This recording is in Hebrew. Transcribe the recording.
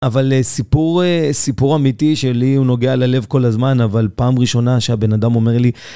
אבל סיפור אה... סיפור אמיתי שלי הוא נוגע ללב כל הזמן, אבל פעם ראשונה שהבן אדם אומר לי